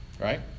right